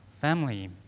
family